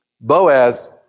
boaz